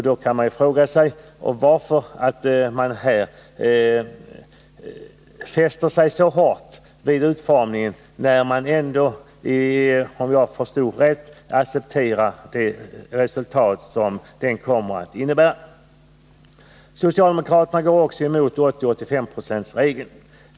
Man kan alltså fråga sig varför socialdemokraterna fäster sig så hårt vid utformningen när de ändå — om jag förstått rätt — accepterar det resultat som den kommer att innebära. Socialdemokraterna går också emot 80-85-procentsregeln.